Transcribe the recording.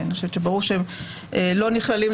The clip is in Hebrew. ואני חושבת שברור שהם לא נכללים,